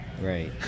right